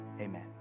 Amen